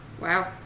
Wow